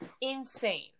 insane